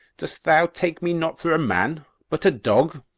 dost thou take me not for a man, but a dog?